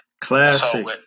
classic